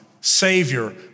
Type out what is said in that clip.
Savior